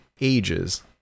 ages